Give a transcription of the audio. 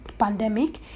pandemic